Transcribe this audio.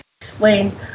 explain